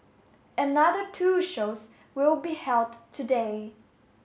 another two shows will be held today